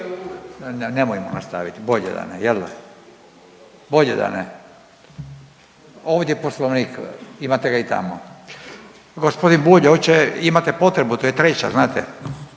Nemojmo nastaviti, bolje da ne jel da? Bolje da ne. Ovdje je poslovnik, imate ga i tamo. Gospodin Bulj imate potrebu, to je treća znate?